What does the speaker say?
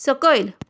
सकयल